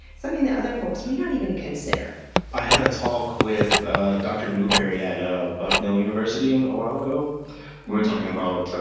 something that other folx may not even consider. i had a talk with ah dr. newberry at ah bucknell university a while ago. we were talking about,